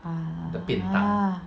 ah